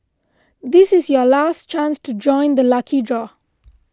this is your last chance to join the lucky draw